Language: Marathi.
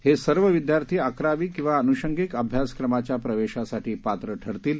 हे सर्व विद्यार्थी अकरावी किंवा अनुषंगिक अभ्यासक्रमाच्या प्रवेशासाठी पात्र ठरतील